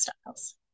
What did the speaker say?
styles